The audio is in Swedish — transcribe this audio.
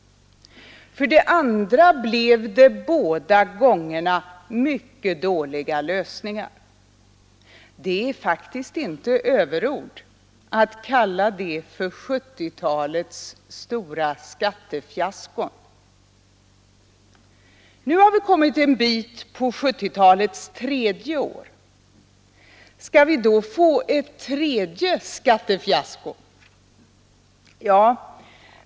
För det andra blev det båda gångerna mycket dåliga lösningar. Det är faktiskt inte överord att kalla det för 1970-talets stora skattefiaskon. Nu har vi kommit en bit in på 1970-talets tredje år. Skall vi då få ett tredje skattefiasko?